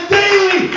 daily